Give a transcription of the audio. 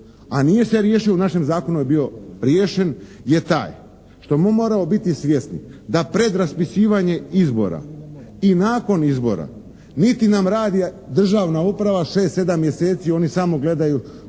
a nije se riješio, u našem zakonu je bio riješen je taj što mi moramo biti svjesni da pred raspisivanje izbora i nakon izbora niti nam radi državna uprava šest, sedam mjeseci, oni samo gledaju tko će